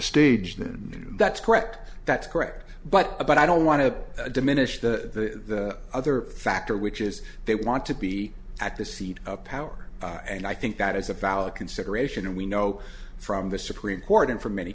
stage than that's correct that's correct but but i don't want to diminish the other factor which is they want to be at the seat of power and i think that is a valid consideration and we know from the supreme court and from many